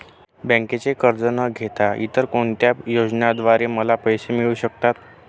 बँकेचे कर्ज न घेता इतर कोणत्या योजनांद्वारे मला पैसे मिळू शकतात?